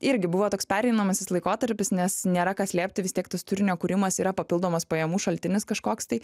irgi buvo toks pereinamasis laikotarpis nes nėra ką slėpti vis tiek tas turinio kūrimas yra papildomas pajamų šaltinis kažkoks tai